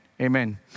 Amen